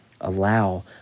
Allow